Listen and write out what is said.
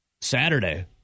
Saturday